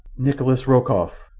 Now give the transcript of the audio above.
nikolas rokoff!